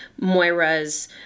Moira's